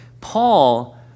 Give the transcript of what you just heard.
Paul